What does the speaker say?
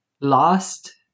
lost